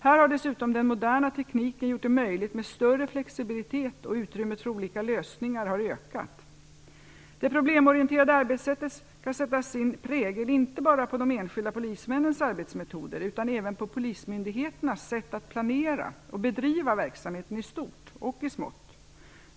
Här har dessutom den moderna tekniken gjort det möjligt med större flexibilitet och utrymmet för olika lösningar har ökat. Det problemorienterade arbetssättet skall sätta sin prägel inte bara på de enskilda polismännens arbetsmetoder utan även på polismyndigheternas sätt att planera och bedriva verksamheten i stort och i smått.